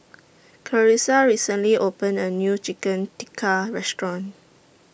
Clarissa recently opened A New Chicken Tikka Restaurant